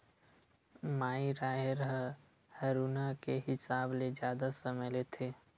माई राहेर ह हरूना के हिसाब ले जादा समय लेथे